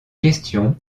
question